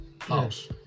house